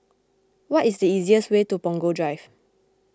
what is the easiest way to Punggol Drive